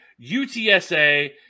UTSa